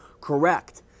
correct